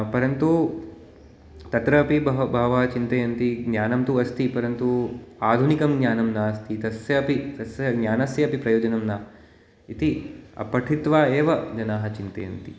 परन्तु तत्रापि बहवः बहवः चिन्तयन्ति ज्ञानं तु अस्ति परन्तु आधुनिकं ज्ञानं नास्ति तस्यापि तस्य ज्ञानस्यापि प्रयोजनं न इति अपठित्वा एव जनाः चिन्तयन्ति